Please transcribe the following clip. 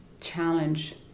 challenge